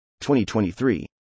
2023